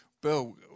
Bill